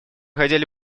хотели